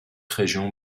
régions